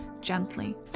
gently